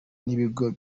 n’ibigo